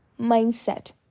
Mindset